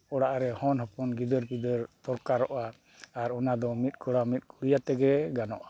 ᱚᱲᱟᱜ ᱨᱮ ᱦᱚᱱ ᱦᱚᱯᱚᱱ ᱜᱤᱫᱟᱹᱨ ᱯᱤᱫᱟᱹᱨ ᱫᱚᱨᱠᱟᱨᱚᱜᱼᱟ ᱟᱨ ᱚᱱᱟ ᱫᱚ ᱢᱤᱫ ᱠᱚᱣᱟ ᱟᱨ ᱢᱤᱫ ᱠᱩᱲᱤ ᱟᱛᱮ ᱜᱮ ᱜᱟᱱᱚᱜᱼᱟ